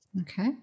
Okay